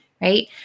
right